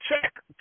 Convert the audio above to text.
check